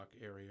area